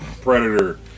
Predator